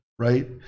Right